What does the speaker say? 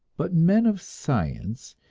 but men of science,